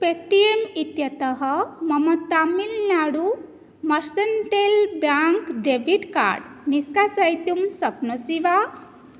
Paytm इत्यतः मम तमिल्नाडुः मर्सण्टैल् ब्याङ्क् डेबिट् कार्ड् निष्कासयितुं शक्नोषि वा